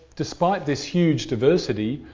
despite this huge diversity,